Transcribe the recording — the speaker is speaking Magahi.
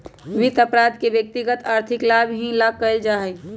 वित्त अपराध के व्यक्तिगत आर्थिक लाभ ही ला कइल जा हई